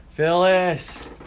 Phyllis